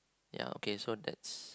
ya okay so that's